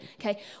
Okay